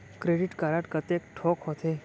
Credit card कतेक ठोक होथे?